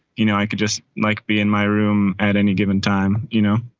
you know, i could just like be in my room at any given time, you know?